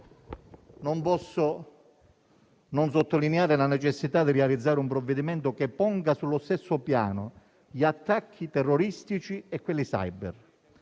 non posso non sottolineare la necessità di realizzare un provvedimento che ponga sullo stesso piano gli attacchi terroristici e quelli *cyber*.